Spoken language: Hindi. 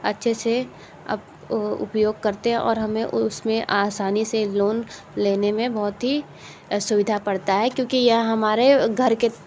अच्छे से अप उपयोग करते हैं और हमें उसमें आसानी से लोन लेने में बहुत ही सुविधा पड़ता है क्योंकि यह हमारे घर के